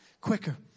quicker